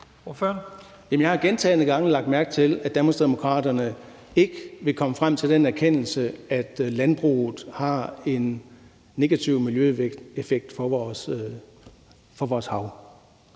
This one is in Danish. Jeg har gentagne gange lagt mærke til, at Danmarksdemokraterne ikke vil komme frem til den erkendelse, at landbruget har en negativ miljøeffekt på vores hav.